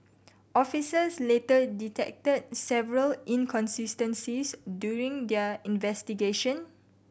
officers later detected several inconsistencies during their investigation